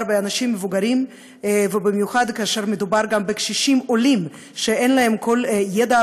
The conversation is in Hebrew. באנשים מבוגרים ובמיוחד כשמדובר בקשישים עולים שאין להם כל ידע,